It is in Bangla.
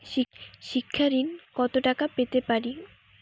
শিক্ষা ঋণ কত টাকা পেতে পারি?